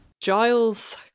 Giles